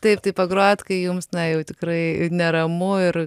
taip tai pagrojat kai jums na jau tikrai neramu ir